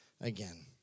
again